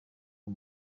uwo